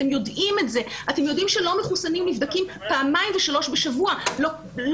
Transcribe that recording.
אתם יודעים שלא מחוסנים נבדקים פעמיים ושלוש בשבוע ולא